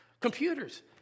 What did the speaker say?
computers